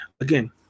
Again